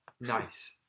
Nice